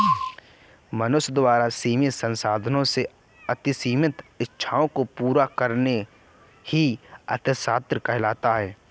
मनुष्य द्वारा सीमित संसाधनों से असीमित इच्छाओं को पूरा करना ही अर्थशास्त्र कहलाता है